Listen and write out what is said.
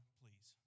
please